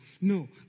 No